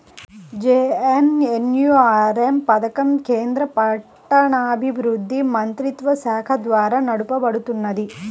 JNNURM పథకం కేంద్ర పట్టణాభివృద్ధి మంత్రిత్వశాఖ ద్వారా నడపబడుతున్నది